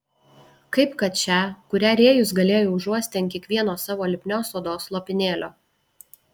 kaip kad šią kurią rėjus galėjo užuosti ant kiekvieno savo lipnios odos lopinėlio